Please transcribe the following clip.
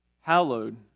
hallowed